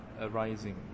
arising